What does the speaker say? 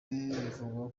bivugwa